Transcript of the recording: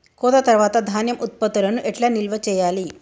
కోత తర్వాత ధాన్యం ఉత్పత్తులను ఎట్లా నిల్వ చేయాలి?